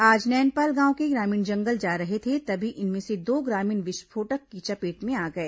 आज नैनपाल गांव के ग्रामीण जंगल जा रहे थे तभी इनमें से दो ग्रामीण विस्फोटक की चपेट में आ गए